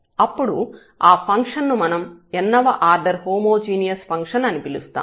అప్పుడు ఆ ఫంక్షన్ ను మనం n వ ఆర్డర్ హోమోజీనియస్ ఫంక్షన్ అని పిలుస్తాము